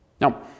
Now